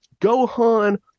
Gohan